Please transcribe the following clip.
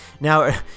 Now